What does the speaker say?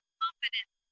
confidence